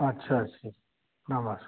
अच्छा अच्छा नमस्ते